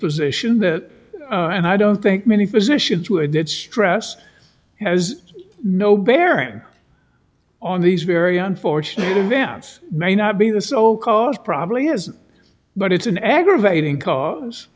position that and i don't think many position to admit stress has no bearing on these very unfortunate events may not be the sole cause probably is but it's an aggravating cause